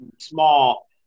small